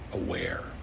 aware